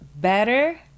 better